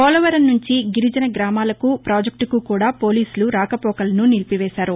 పోలవరం నుంచి గిరిజన గ్రామాలకు ప్రపాజెక్టుకుకూడా పోలీసులు రాకపోకలను నిలిపివేశారు